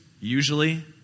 usually